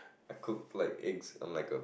I cooked like eggs I'm like a